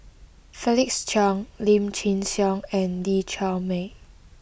Felix Cheong Lim Chin Siong and Lee Chiaw Meng